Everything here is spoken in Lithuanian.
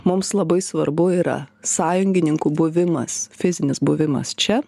mums labai svarbu yra sąjungininkų buvimas fizinis buvimas čia